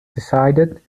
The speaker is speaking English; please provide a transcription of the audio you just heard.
decided